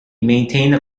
maintained